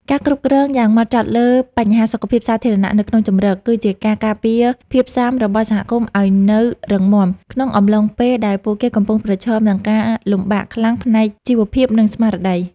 ការគ្រប់គ្រងយ៉ាងម៉ត់ចត់លើបញ្ហាសុខភាពសាធារណៈនៅក្នុងជម្រក គឺជាការការពារភាពស៊ាំរបស់សហគមន៍ឱ្យនៅរឹងមាំ ក្នុងអំឡុងពេលដែលពួកគេកំពុងប្រឈមនឹងការលំបាកខ្លាំងផ្នែកជីវភាព និងស្មារតី។